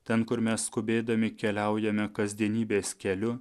ten kur mes skubėdami keliaujame kasdienybės keliu